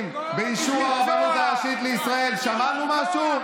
באישור הרבנות הראשית לישראל שמענו משהו?